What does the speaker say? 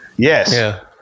yes